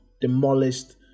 demolished